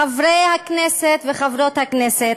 חברי הכנסת וחברות הכנסת,